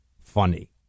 funny